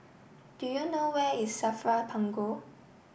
do you know where is SAFRA Punggol